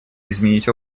изменить